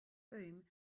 room